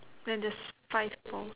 then there's five poles